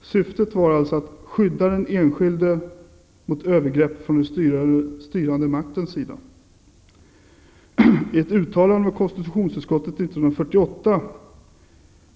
Syftet var alltså att skydda den enskilde mot övergrepp från den styrande maktens sida. I ett uttalande av konstitutionsutskottet 1948